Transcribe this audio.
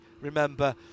remember